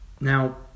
Now